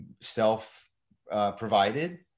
self-provided